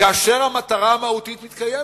כאשר המטרה המהותית מתקיימת,